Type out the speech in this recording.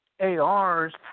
ARs